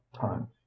time